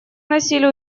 носили